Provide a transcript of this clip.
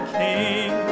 king